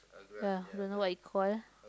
ya you don't know what it call